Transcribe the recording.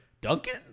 Duncan